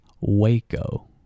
Waco